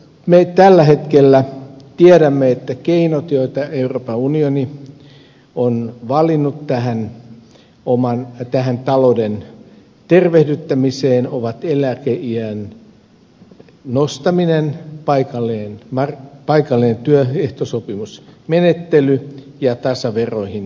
me tällä hetkellä tiedämme että keinot jotka euroopan unioni on valinnut tähän talouden tervehdyttämiseen ovat eläkeiän nostaminen paikallinen työehtosopimusmenettely ja tasaveroihin siirtyminen